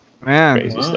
man